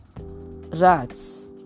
rats